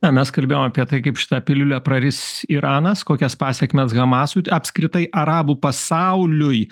na mes kalbėjom apie tai kaip šitą piliulę praris iranas kokias pasekmes hamasui apskritai arabų pasauliui